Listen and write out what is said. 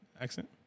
accent